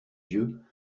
yeux